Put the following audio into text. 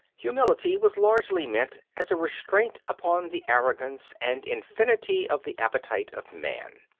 humility was largely meant as a restraint upon the arrogance and infinity of the appetite of man.